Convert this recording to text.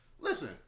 Listen